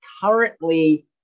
currently